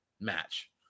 Match